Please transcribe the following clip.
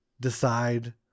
decide